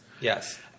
Yes